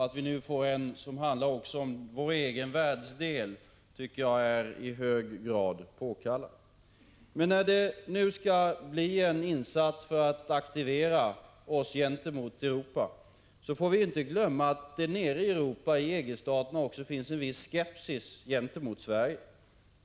Att vi nu får en som också handlar om vår egen världsdel tycker jag är i hög grad påkallat. Men när det nu skall bli en insats för att aktivera oss gentemot Europa får vi inte glömma att det nere i Europa i EG-staterna också finns en viss skepsis gentemot Sverige.